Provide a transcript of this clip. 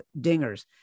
dingers